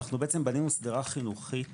בעצם, בנינו שדרה חינוכית